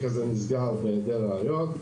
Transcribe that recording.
הזה נסגר במשטרת ישראל מהיעדר ראויות.